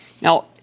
Now